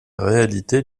réalités